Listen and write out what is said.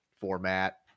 format